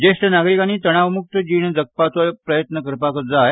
ज्येश्ठ नागरिकांनी तणावमुक्त जीण जगपाचो प्रयत्न करपाक जाय